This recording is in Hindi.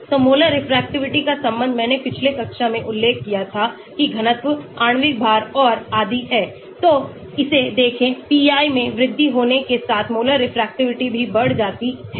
तो मोलर रिफ्रैक्टिविटी का संबंध मैंने पिछलेकक्षा में उल्लेख किया थाकी घनत्व आणविक भार और आदि है और तो इसे देखें pi में वृद्धि होने के साथ मोलर रेफ्रेक्टिविटी भी बढ़ जाती है